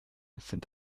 sind